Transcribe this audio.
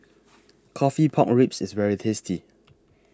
Coffee Pork Ribs IS very tasty